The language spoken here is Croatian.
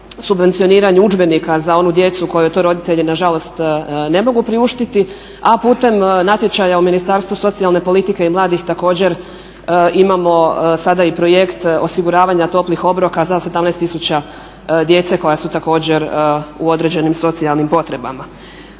subvencioniranju udžbenika za onu djecu kojoj to roditelji nažalost ne mogu priuštiti. A putem natječaja u Ministarstvu socijalne politike i mladih također imamo sada i projekt osiguravanja toplih obroka za 17 tisuća djece koja su također u određenim socijalnim potrebama.